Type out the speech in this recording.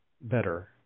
better